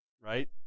right